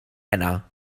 heno